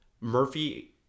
Murphy